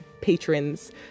patrons